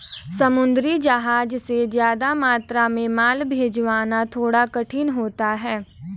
समुद्री जहाज से ज्यादा मात्रा में माल भिजवाना थोड़ा कठिन होता है